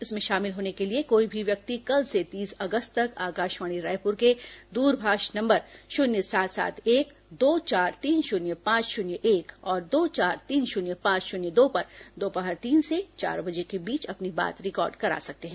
इसमें शामिल होने के लिए कोई भी व्यक्ति कल से तीस अगस्त तक आकाशवाणी रायपुर के दूरभाष नम्बर शून्य सात सात एक दो चार तीन शून्य पांच शून्य एक और दो चार तीन शून्य पांच शून्य दो पर दोपहर तीन से चार बजे के बीच अपनी बात रिकॉर्ड करा सकते हैं